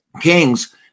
Kings